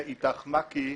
ו"איתך-מעכי",